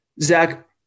Zach